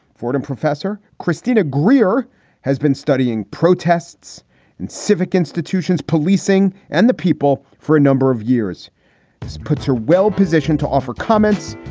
fordham professor christina greer has been studying protests and civic institutions, policing and the people for a number of years this puts her well positioned to offer comments